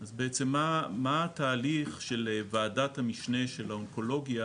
מה התהליך של וועדת המשנה של האונקולוגיה